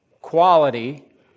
quality